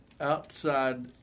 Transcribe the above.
outside